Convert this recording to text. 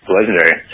Legendary